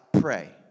pray